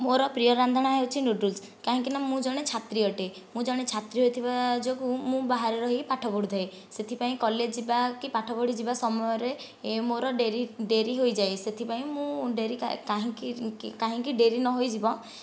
ମୋର ପ୍ରିୟ ରାନ୍ଧଣା ହୋଉଛି ନୁଡ଼ଲ୍ସ କାହିଁକି ନା ମୁଁ ଜଣେ ଛାତ୍ରୀ ଅଟେ ମୁଁ ଜଣେ ଛାତ୍ରୀ ହୋଇଥିବା ଯୋଗୁଁ ମୁଁ ବାହାରେ ରହି ପାଠ ପଢୁଥାଏ ସେଥିପାଇଁ କଲେଜ ଯିବା କି ପାଠ ପଢି ଯିବା ସମୟରେ ଏ ମୋର ଡ଼େରି ଡ଼େରି ହୋଇଯାଏ ସେଥିପାଇଁ ମୁଁ ଡ଼େରି କାହିଁକି ଡ଼େରି ନ ହୋଇଯିବ